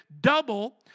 double